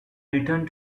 returned